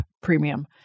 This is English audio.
premium